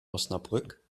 osnabrück